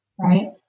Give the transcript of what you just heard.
Right